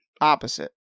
opposite